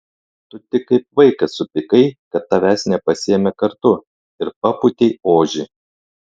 tu tik kaip vaikas supykai kad tavęs nepasiėmė kartu ir papūtei ožį